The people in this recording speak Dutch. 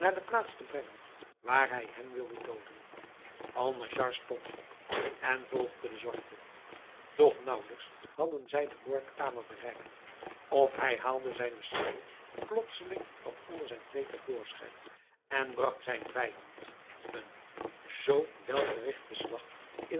de plaats te brengen waar hij hem wilde dooden alnaschar stond op en volgde den zwarte doch naauwelijks hadden zij de moordkamer bereikt of hij haalde zijne sabel plotseling van onder zijn kleed te voorschijn en bragt zijn vijand een zoo welgerigten slag